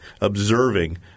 observing